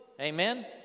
Amen